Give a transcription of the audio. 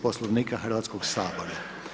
Poslovnika Hrvatskog sabora.